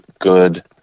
good